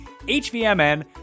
HVMN